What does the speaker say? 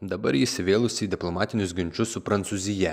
dabar įsivėlus į diplomatinius ginčus su prancūzija